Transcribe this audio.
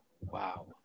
Wow